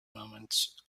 moments